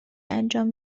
انجام